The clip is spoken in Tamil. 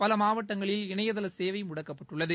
பலமாவட்டங்களில் இணையதாளசேவைமுடக்கப்பட்டுள்ளது